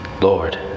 Lord